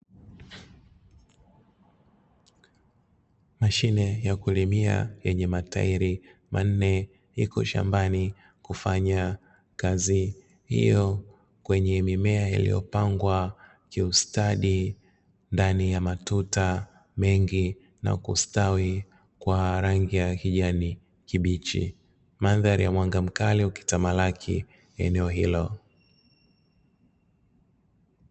Mashine ya kulimia yenye matairi manne iko shambani kufanya kazi hiyo kwenye mimea yaliyopangwa kiustadi ndani ya matuta mengi na kustawi kwa rangi ya kijani kibichi. Mandhari ya mwanga mkali ukitamalaki eneo hilo.